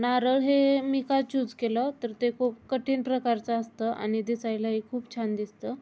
नारळ हे मी का चूज केलं तर ते खूप कठीण प्रकारचं असतं आणि दिसायलाही खूप छान दिसतं